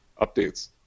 updates